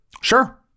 sure